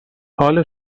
حال